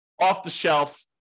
off-the-shelf